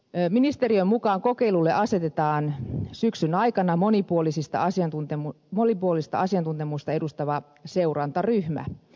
ministeriön mukaan kokeilulle asetetaan syksyn aikana monipuolista asiantuntemusta edustava seurantaryhmä